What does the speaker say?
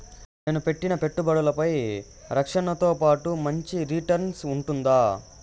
నేను పెట్టిన పెట్టుబడులపై రక్షణతో పాటు మంచి రిటర్న్స్ ఉంటుందా?